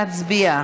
נא להצביע.